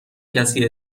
کسی